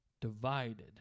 divided